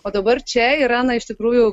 o dabar čia yra na iš tikrųjų